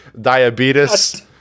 Diabetes